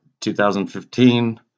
2015